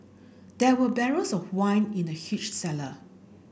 there were barrels of wine in the huge cellar